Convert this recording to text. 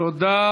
תודה